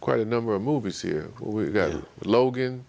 quite a number of movies here we've got logan